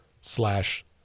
slash